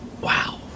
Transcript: Wow